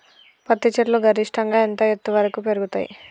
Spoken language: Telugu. పత్తి చెట్లు గరిష్టంగా ఎంత ఎత్తు వరకు పెరుగుతయ్?